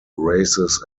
races